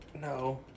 No